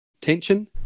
tension